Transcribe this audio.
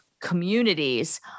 communities